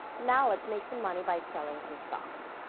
now let's make some money by selling some stocks.